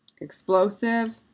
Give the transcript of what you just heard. explosive